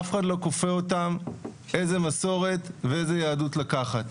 אף אחד לא כופה עליהם איזו מסורת ואיזו יהדות לקחת.